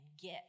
get